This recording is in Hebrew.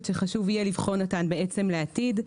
שחשוב יהיה לבחון אותם בעצם לעתיד.